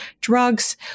drugs